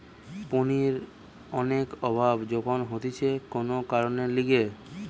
পানির অনেক অভাব যখন হতিছে কোন কারণের লিগে